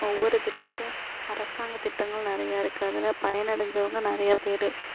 ஒவ்வொரு திட்டத்தும் அரசாங்கத் திட்டங்கள் நிறையா இருக்குது அதில் பயனடைஞ்சவங்க நிறையா பேர்